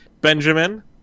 Benjamin